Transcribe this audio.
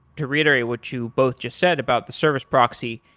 to reiterate what you both just said about the service proxy,